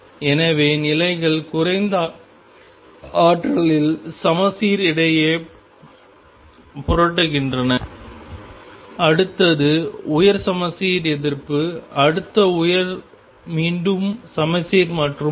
எனவே நிலைகள் குறைந்த ஆற்றலில் சமச்சீர் இடையே புரட்டுகின்றன அடுத்தது உயர் சமச்சீர் எதிர்ப்பு அடுத்த உயர் மீண்டும் சமச்சீர் மற்றும் பல